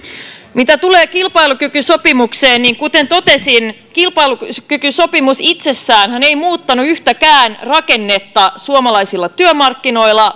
mitä tulee kilpailukykysopimukseen niin kuten totesin kilpailukykysopimus itsessäänhän ei muuttanut yhtäkään rakennetta suomalaisilla työmarkkinoilla